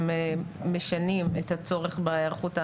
הם משנים את הצורך בהיערכות המיחשובית,